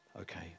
Okay